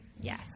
yes